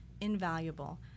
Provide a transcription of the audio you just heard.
invaluable